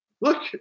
look